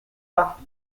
pas